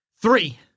three